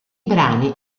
brani